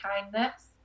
kindness